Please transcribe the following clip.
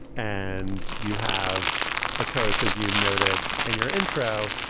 and you have a coach, as you noted in your intro,